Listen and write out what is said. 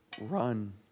Run